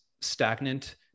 stagnant